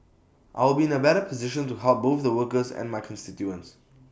I'll be in A better position to help both the workers and my constituents